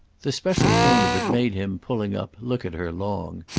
the special tone of it made him, pulling up, look at her long.